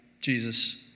Jesus